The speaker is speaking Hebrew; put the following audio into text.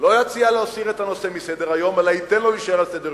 לא יציע להסיר את הנושא מסדר-היום אלא ייתן לו להישאר על סדר-יומנו.